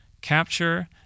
capture